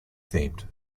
themed